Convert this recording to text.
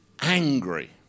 angry